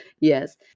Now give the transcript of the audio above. Yes